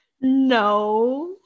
No